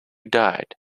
died